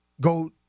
go